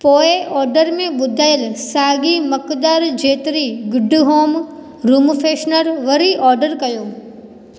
पोएं ऑर्डर ॿुधायल साॻिई मक़दार जेतिरी गुड होम रूम फ्रेशनर वरी ऑर्डर कयो